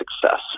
success